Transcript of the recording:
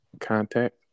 contact